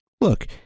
look